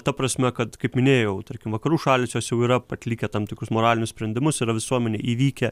ta prasme kad kaip minėjau tarkim vakarų šalys jos jau yra atlikę tam tikrus moralinius sprendimus yra visuomenėj įvykę